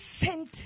sent